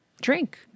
drink